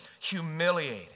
humiliated